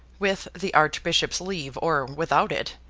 with the archbishop's leave or without it,